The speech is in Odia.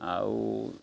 ଆଉ